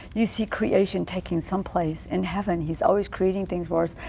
you see creation taking someplace in heaven. he is always creating things for us.